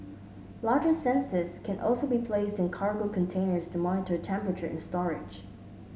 larger sensors can also be placed in cargo containers to monitor temperature in storage